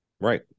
right